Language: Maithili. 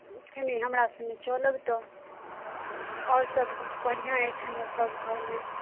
कनि हमरा सङ्गे चलब तऽ आओर सब बढ़िआँ अछि ने सब घरमे